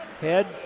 Head